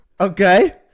Okay